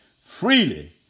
freely